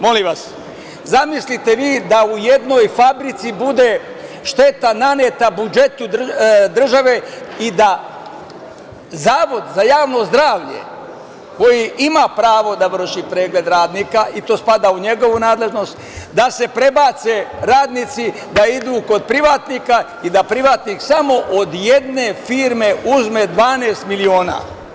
Molim vas, zamislite vi da u jednoj fabrici bude šteta naneta budžetu države i da Zavod za javno zdravlje, koji ima pravo da vrši preglede radnika i to spada u njegovu nadležnost, da se prebace radnici da idu kod privatnika i da privatnik samo od jedne firme uzme 12 miliona.